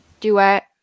duet